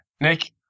Nick